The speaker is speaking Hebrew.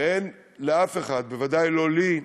ואין לאף אחד, בוודאי לא לי,